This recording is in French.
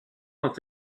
ont